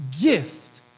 gift